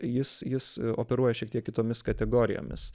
jis jis operuoja šiek tiek kitomis kategorijomis